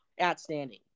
outstanding